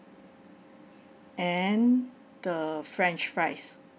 and the french fries